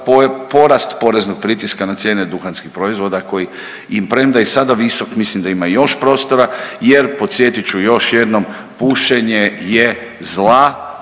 porast poreznog pritiska na cijene duhanskih proizvoda koji i premda i sada je visok, mislim da ima još prostora jer, podsjetit ću još jednom, pušenje je zla